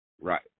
Right